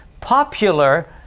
popular